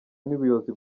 n’ubuyobozi